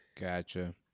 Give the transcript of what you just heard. Gotcha